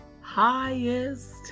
highest